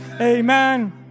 amen